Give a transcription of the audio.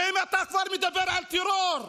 ואם אתה כבר מדבר על טרור,